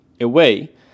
away